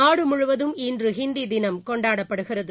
நாடு முழுவதும் இன்று ஹிந்தி தினம் கொண்டாடப்படுகிறது